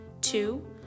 two